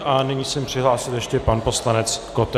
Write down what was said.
A nyní se mi přihlásil ještě pan poslanec Koten.